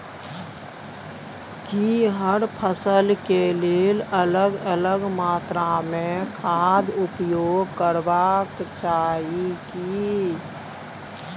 की हर फसल के लेल अलग अलग मात्रा मे खाद उपयोग करबाक चाही की?